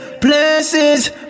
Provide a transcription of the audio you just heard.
places